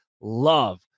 love